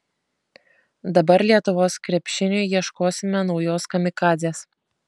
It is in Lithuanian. dabar lietuvos krepšiniui ieškosime naujos kamikadzės